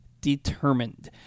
determined